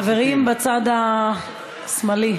חברים בצד השמאלי.